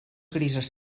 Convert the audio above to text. grises